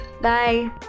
bye